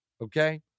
okay